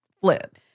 flip